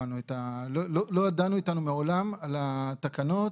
לא דנו אתנו מעולם על התקנות,